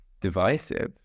divisive